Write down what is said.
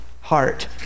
heart